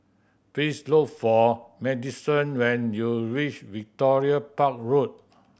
please look for Maddison when you reach Victoria Park Road